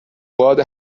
باد